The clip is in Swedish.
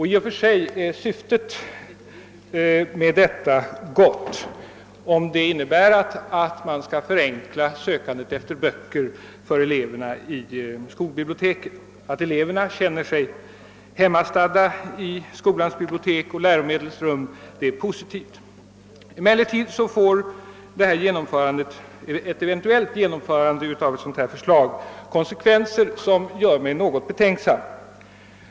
I och för sig är syftet med detta gott, om det innebär att man skall förenkla sökandet efter böcker i skolbiblioteken. Att eleverna känner sig hemmastadda i skolans bibliotek och läromedelsrum är positivt. Emellertid får ett eventuellt genomförande av ett sådant förslag konsekvenser, som gör mig något betänksam.